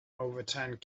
overturned